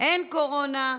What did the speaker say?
אין קורונה.